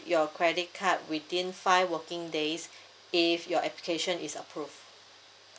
your credit card within five working days if your application is approved